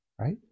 right